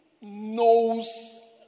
knows